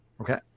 Okay